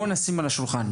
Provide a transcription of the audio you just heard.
בוא נשים על השולחן,